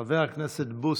חבר הכנסת בוסו,